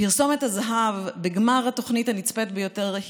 פרסומת הזהב בגמר התוכנית הנצפית ביותר,